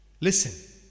Listen